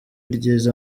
ryiza